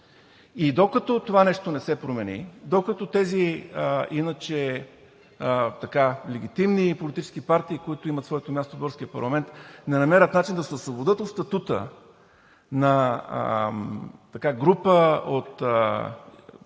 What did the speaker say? Докато това нещо не се промени, докато тези легитимни политически партии, които имат своето място в българския парламент, не намерят начин да се освободят от статута на група от